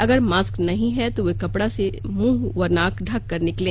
अगर मास्क नहीं है तो वे कपडा से मृंह व नाक ढककर निकलें